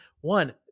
One